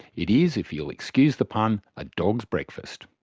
it is, if you'll excuse the pun, a dog's breakfast.